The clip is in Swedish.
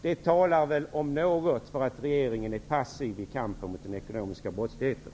Det talar om något för att regeringen är passiv i kampen mot den ekonomiska brottsligheten.